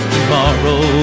Tomorrow